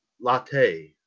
latte